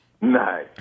Nice